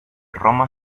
roma